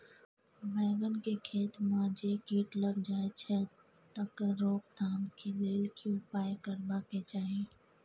बैंगन के पेड़ म जे कीट लग जाय छै तकर रोक थाम के लेल की उपाय करबा के चाही?